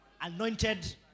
Anointed